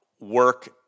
work